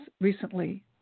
recently